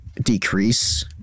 decrease